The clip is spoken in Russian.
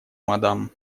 мадам